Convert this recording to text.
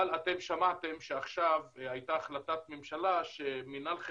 אבל אתם שמעתם שעכשיו הייתה החלטת ממשלה שמינהל,